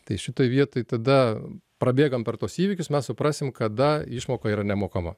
tai šitoj vietoj tada prabėgam per tuos įvykius mes suprasim kada išmoka yra nemokama